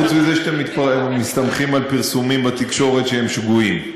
חוץ מזה שאתם מסתמכים על פרסומים בתקשורת שהם שגויים.